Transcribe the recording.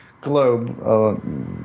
globe